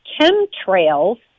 chemtrails